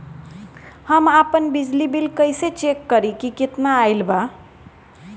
हम आपन बिजली बिल कइसे चेक करि की केतना आइल बा?